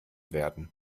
werden